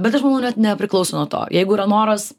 bet aš manau net nepriklauso nuo to jeigu yra noras